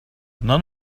none